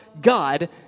God